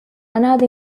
other